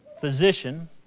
physician